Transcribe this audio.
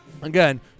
Again